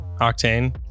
Octane